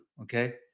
Okay